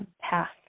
path